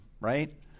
right